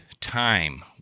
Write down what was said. time